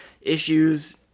issues